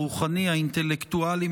הרוחני והאינטלקטואלי,